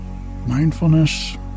Mindfulness